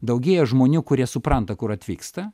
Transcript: daugėja žmonių kurie supranta kur atvyksta